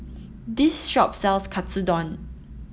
this shop sells Katsudon